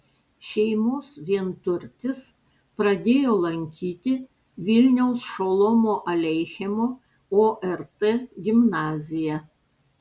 šeimos vienturtis pradėjo lankyti vilniaus šolomo aleichemo ort gimnaziją